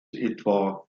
etwa